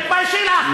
תתביישי לך.